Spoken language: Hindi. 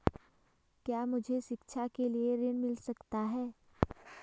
क्या मुझे शिक्षा के लिए ऋण मिल सकता है?